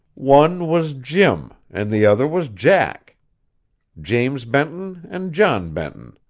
one was jim, and the other was jack james benton and john benton.